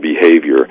behavior